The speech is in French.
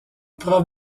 preuve